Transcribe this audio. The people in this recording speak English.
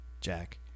Jack